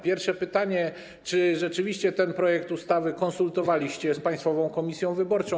Pierwsze pytanie: Czy rzeczywiście ten projekt ustawy konsultowaliście z Państwową Komisją Wyborczą?